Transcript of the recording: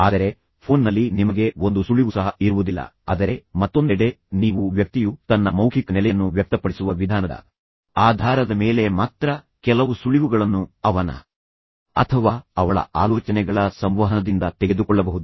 ಆದರೆ ಫೋನ್ ನಲ್ಲಿ ನಿಮಗೆ ಒಂದು ಸುಳಿವು ಸಹ ಇರುವುದಿಲ್ಲ ಆದರೆ ಮತ್ತೊಂದೆಡೆ ನೀವು ವ್ಯಕ್ತಿಯು ತನ್ನ ಮೌಖಿಕ ನೆಲೆಯನ್ನು ವ್ಯಕ್ತಪಡಿಸುವ ವಿಧಾನದ ಆಧಾರದ ಮೇಲೆ ಮಾತ್ರ ಕೆಲವು ಸುಳಿವುಗಳನ್ನು ಅವನ ಅಥವಾ ಅವಳ ಆಲೋಚನೆಗಳ ಸಂವಹನದಿಂದ ತೆಗೆದುಕೊಳ್ಳಬಹುದು